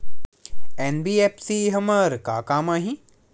NBFC हमर का काम आही?